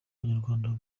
abanyarwanda